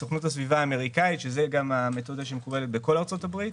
סוכנות הסביבה האמריקנית שזו המתודה שמקובלת בכל ארצות הברית,